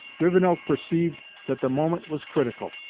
rivenoak perceived that the moment was critical,